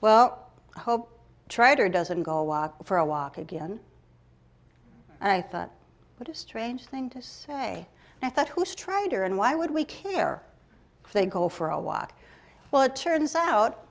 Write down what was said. well i hope tried or doesn't go walk for a walk again and i thought what a strange thing to say i thought who strider and why would we care if they go for a walk well it turns out